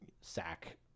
sack